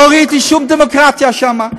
לא ראיתי שום דמוקרטיה שם.